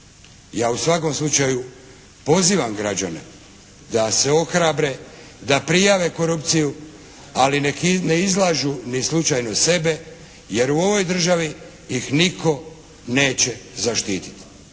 Ja u svakom slučaju pozivam građane da se ohrabre, da prijave korupciju ali nek ne izlažu ni slučajno sebe jer u ovoj državi ih nitko neće zaštititi.